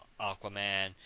Aquaman